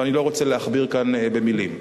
ואני לא רוצה להכביר כאן מלים.